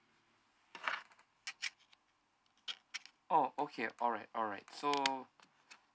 oh okay alright alright so